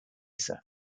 sir